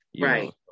Right